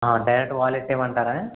direct wall పెట్టేయమంటారా